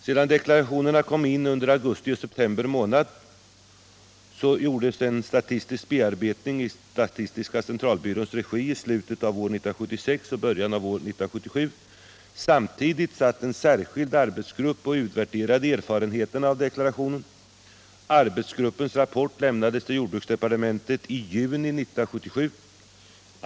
Sedan deklarationerna kommit in under augusti och september månader gjordes en statistisk bearbetning i statistiska centralbyråns regi i slutet av år 1976 och början av år 1977. Samtidigt satt en särskild arbetsgrupp och utvärderade erfarenheterna av deklarationen. Arbetsgruppens rapport lämnades till jordbruksdepartementet i juni 1977.